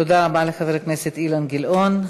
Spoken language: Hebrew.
תודה רבה לחבר הכנסת אילן גילאון.